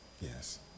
Yes